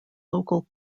local